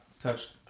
touched